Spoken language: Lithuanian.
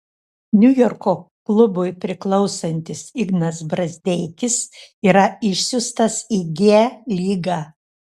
niujorko klubui priklausantis ignas brazdeikis yra išsiųstas į g lygą